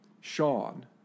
Sean